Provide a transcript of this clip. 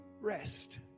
rest